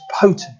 potent